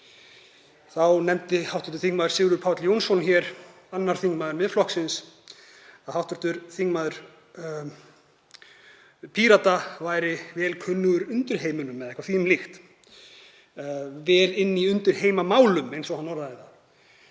Þá nefndi hv. þm. Sigurður Páll Jónsson, annar þingmaður Miðflokksins, að hv. þingmaður Pírata væri vel kunnugur undirheimunum eða eitthvað því um líkt, vel inni í undirheimamálum, eins og hann orðaði það.